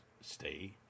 stay